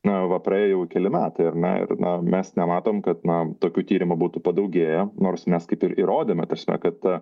na va praėjo jau keli metai ar ne ir na mes nematom kad na tokių tyrimų būtų padaugėję nors mes kaip ir įrodėmeta prasme kad